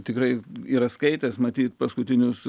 tikrai yra skaitęs matyt paskutinius